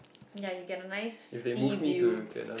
ya you get a nice sea view